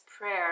prayer